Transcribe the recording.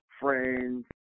friends